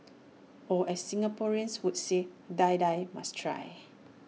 or as Singaporeans would say Die Die must try